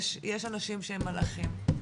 יש אנשים שהם מלאכים.